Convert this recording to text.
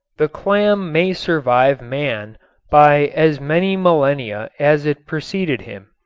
the clam may survive man by as many millennia as it preceded him.